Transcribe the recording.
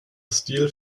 stil